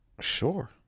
Sure